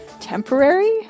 temporary